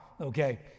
Okay